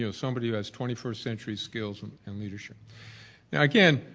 you know somebody who has twenty first century skills and leadership. now again,